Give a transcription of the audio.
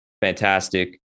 fantastic